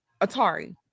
atari